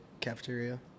cafeteria